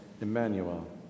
Emmanuel